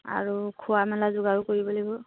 আৰু খোৱা মেলা যোগাৰো কৰিব লাগিব